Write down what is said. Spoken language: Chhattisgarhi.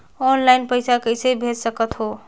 ऑनलाइन पइसा कइसे भेज सकत हो?